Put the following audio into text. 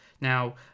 now